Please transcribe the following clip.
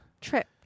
Trip